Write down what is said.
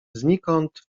znikąd